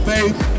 Faith